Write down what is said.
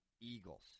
Eagles